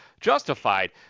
justified